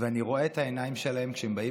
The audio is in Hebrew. ואני רואה את העיניים שלהם כשהם באים